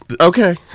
Okay